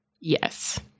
yes